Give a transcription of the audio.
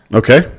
okay